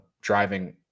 driving